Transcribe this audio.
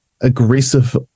aggressive